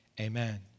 Amen